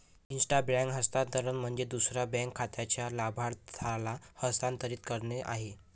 intra bank हस्तांतरण म्हणजे दुसऱ्या बँक खात्याच्या लाभार्थ्याला हस्तांतरित करणे आहे